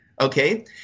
Okay